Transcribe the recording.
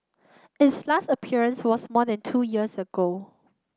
its last appearance was more than two years ago